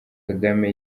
kagame